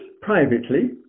privately